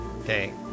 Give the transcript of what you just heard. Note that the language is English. Okay